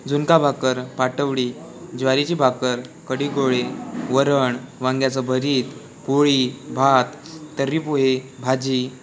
झुणका भाकर पाटवडी ज्वारीची भाकर कडीगोळे वरण वांग्याचं भरीत पोळी भात तर्रीपोहे भाजी